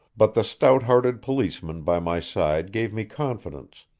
but the stout-hearted policeman by my side gave me confidence,